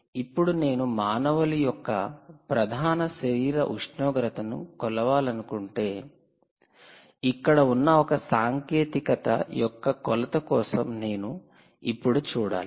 ఇప్పుడు నేను మానవుల యొక్క ప్రధాన శరీర ఉష్ణోగ్రతను కొలవాలనుకుంటే ఇక్కడ ఉన్న ఒక సాంకేతికత యొక్క కొలత కోసం నేను ఇప్పుడు చూడాలి